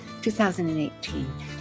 2018